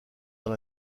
dans